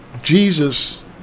Jesus